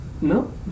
No